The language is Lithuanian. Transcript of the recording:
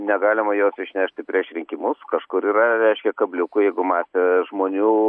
negalima jos išnešti prieš rinkimus kažkur yra reiškia kabliukų jeigu masė žmonių